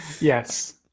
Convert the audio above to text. Yes